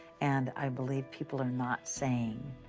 and i believe people are not saying,